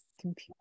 computer